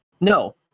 No